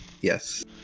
yes